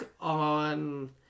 on